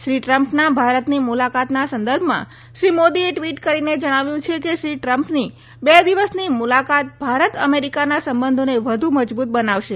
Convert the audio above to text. શ્રી ટ્રમ્પની ભારતની મુલાકાતના સંદર્ભમાં શ્રી મોદીએ ટ્વીટ કરીને જણાવ્યું છે કે શ્રી ટ્રમ્પની બે દિવસની મુલાકાત ભારત અમેરિકાના સંબંધોને વધુ મજબૂત બનાવશે